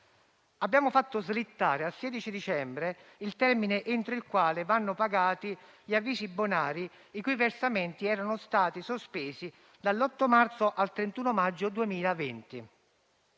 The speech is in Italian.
Abbiamo fatto slittare al 16 dicembre il termine entro il quale vanno pagati gli avvisi bonari, i cui versamenti erano stati sospesi dall'8 marzo al 31 maggio 2020.